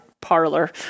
parlor